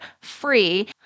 free